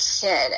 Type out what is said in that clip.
kid